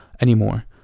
anymore